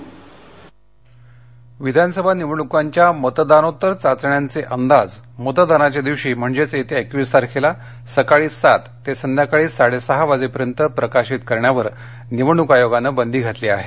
exit poll बंदी विधानसभा निवडणुकांच्या मतदानोत्तर चाचण्यांचे अंदाज मतदानाच्या दिवशी म्हणजे येत्या एकवीस तारखेला सकाळी सात ते संध्याकाळी साडे सहा वाजेपर्यंत प्रकाशित करण्यावर निवडणूक आयोगानं बंदी घातली आहे